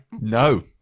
no